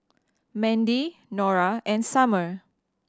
Mandy Nora and Summer